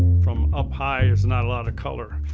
from up high, it's not a lot of color.